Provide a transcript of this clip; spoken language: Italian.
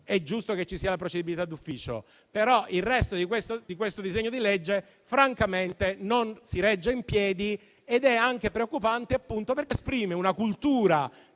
è giusto che ci sia la procedibilità d'ufficio. Il resto di questo disegno di legge, però, francamente non si regge in piedi ed è anche preoccupante, appunto perché esprime una cultura